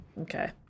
Okay